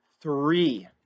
three